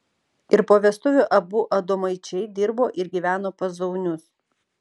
ir po vestuvių abu adomaičiai dirbo ir gyveno pas zaunius